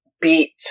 beat